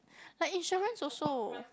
like insurance also